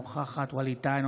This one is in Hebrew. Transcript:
אינה נוכחת ווליד טאהא,